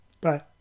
bye